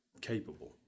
capable